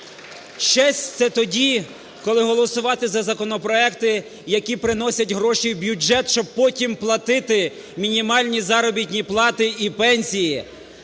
Честь – це тоді, коли голосувати за законопроекти, які приносять гроші в бюджет, щоб потім платити мінімальні заробітні плати і пенсії,